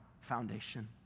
foundation